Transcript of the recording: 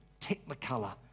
technicolor